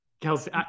Kelsey